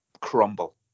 crumble